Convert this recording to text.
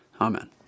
Amen